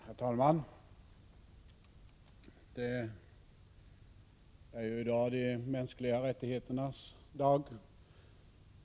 Herr talman! I dag är det de mänskliga rättigheternas dag.